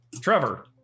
Trevor